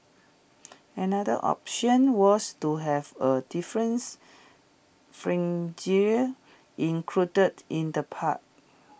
another option was to have A difference included in the pack